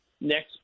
next